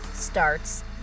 Starts